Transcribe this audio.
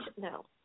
No